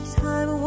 time